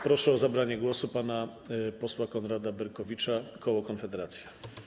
Proszę o zabranie głosu pana posła Konrada Berkowicza, koło Konfederacja.